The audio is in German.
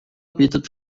bietet